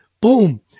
Boom